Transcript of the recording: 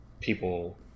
people